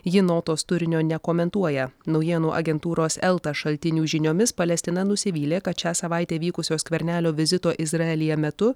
ji notos turinio nekomentuoja naujienų agentūros elta šaltinių žiniomis palestina nusivylė kad šią savaitę vykusio skvernelio vizito izraelyje metu